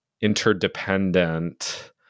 interdependent